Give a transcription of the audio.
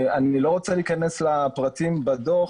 אני לא רוצה להיכנס לפרטים בדוח,